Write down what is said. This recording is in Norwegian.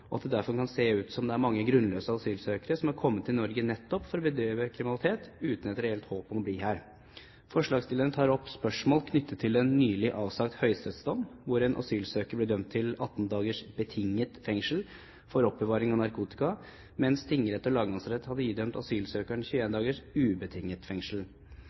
og at derfor «kan det se ut som om mange grunnløse asylsøkere har kommet til Norge nettopp for å bedrive kriminalitet og uten et reelt håp om å få bli her». Forslagsstillerne tar opp spørsmål knyttet til en nylig avsagt høyesterettsdom hvor en asylsøker ble dømt til 18 dagers betinget fengsel for oppbevaring av narkotika, mens tingrett og lagmannsrett hadde idømt asylsøkeren 21 dagers ubetinget fengsel.